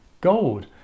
gold